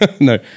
no